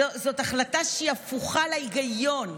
זאת החלטה שהיא הפוכה להיגיון.